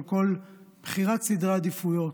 על כל בחירת סדרי עדיפויות,